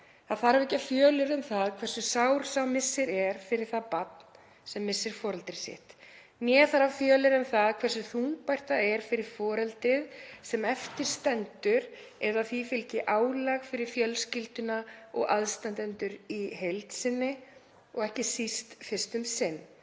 Það þarf ekki að fjölyrða um það hversu sár sá missir er fyrir það barn sem missir foreldri sitt, né þarf að fjölyrða um það hversu þungbært það er fyrir foreldrið sem eftir stendur, eða að því fylgir álag fyrir fjölskylduna og aðstandendur í heild sinni og ekki síst fyrst um sinn.